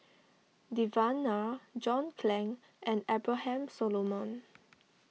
Devan Nair John Clang and Abraham Solomon